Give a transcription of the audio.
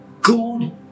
God